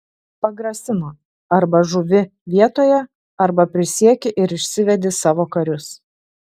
pagrasino arba žūvi vietoje arba prisieki ir išsivedi savo karius